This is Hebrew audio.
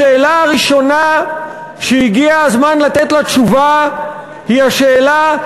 השאלה הראשונה שהגיע הזמן לתת לה תשובה היא השאלה,